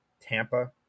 Tampa